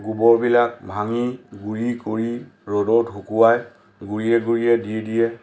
গোবৰবিলাক ভাঙি গুড়ি কৰি ৰ'দত শুকুৱাই গুৰিয়ে গুৰিয়ে দি দিয়ে